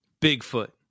Bigfoot